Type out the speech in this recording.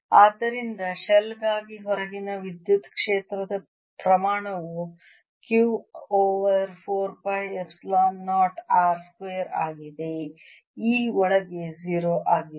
ಆದ್ದರಿಂದ ಶೆಲ್ಗಾಗಿ ಹೊರಗಿನ ವಿದ್ಯುತ್ ಕ್ಷೇತ್ರ ದ ಪ್ರಮಾಣವು Q over 4 pi epsilon 0 r square ಆಗಿದೆ E ಒಳಗೆ 0 ಆಗಿದೆ